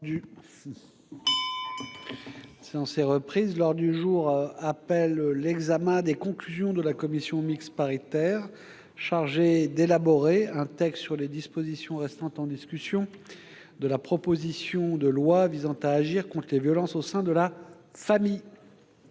L'ordre du jour appelle l'examen des conclusions de la commission mixte paritaire chargée d'élaborer un texte sur les dispositions restant en discussion de la proposition de loi visant à agir contre les violences au sein de la famille